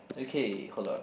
okay hold on